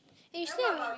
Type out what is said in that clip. eh you still